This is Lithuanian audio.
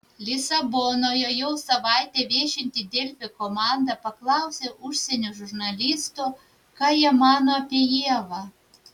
lisabonoje jau savaitę viešinti delfi komanda paklausė užsienio žurnalistų ką jie mano apie ievą